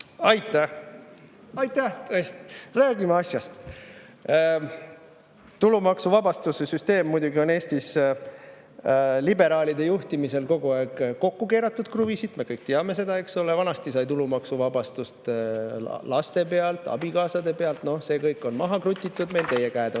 saaks. Aitäh! Räägime asjast. Tulumaksuvabastuse süsteemis muidugi on Eestis liberaalide juhtimisel kogu aeg kruvisid kokku keeratud, me kõik teame seda, eks ole. Vanasti sai tulumaksuvabastust laste pealt, abikaasade pealt. Noh, see kõik on maha krutitud meil, teie käed on